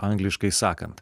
angliškai sakant